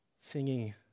singing